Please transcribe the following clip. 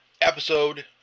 episode